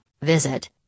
visit